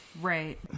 Right